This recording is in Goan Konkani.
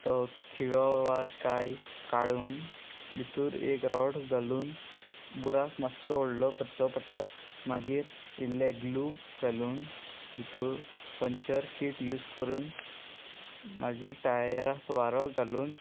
तो खिळो वा काय काडून भितूर एक रोड घालून बुराक मातसो व्हडलो करचो पडटा मागीर लेग्लू घालून भितर पंचर किट यूज करून मागीर टायराक वारो घालून